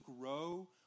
grow